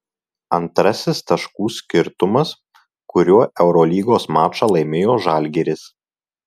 antrasis taškų skirtumas kuriuo eurolygos mačą laimėjo žalgiris